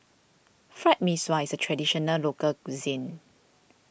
Fried Mee Sua is a Traditional Local Cuisine